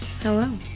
Hello